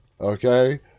okay